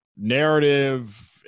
narrative